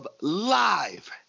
live